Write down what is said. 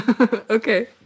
Okay